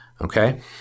Okay